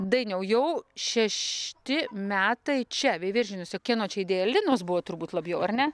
dainiau jau šešti metai čia veiviržėnuose kieno čia idėja linos buvo turbūt labiau ar ne